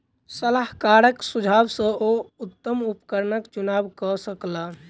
सलाहकारक सुझाव सॅ ओ उत्तम उपकरणक चुनाव कय सकला